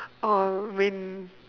orange